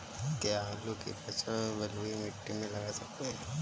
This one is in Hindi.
क्या आलू की फसल बलुई मिट्टी में लगा सकते हैं?